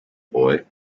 boy